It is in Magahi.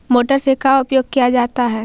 मोटर से का उपयोग क्या जाता है?